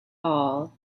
all